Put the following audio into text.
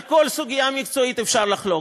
על כל סוגיה מקצועית אפשר לחלוק,